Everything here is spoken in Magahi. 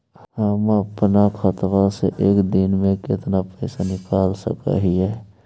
हम अपन खाता से एक दिन में कितना पैसा निकाल सक हिय?